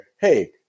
hey